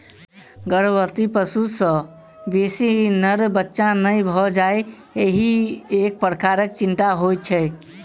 गर्भवती पशु सॅ बेसी नर बच्चा नै भ जाय ईहो एक प्रकारक चिंता होइत छै